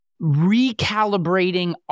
recalibrating